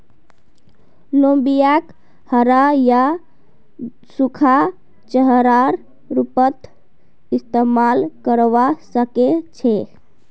लोबियाक हरा या सूखा चारार रूपत इस्तमाल करवा सके छे